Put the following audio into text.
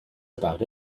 about